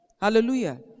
Hallelujah